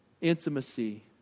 intimacy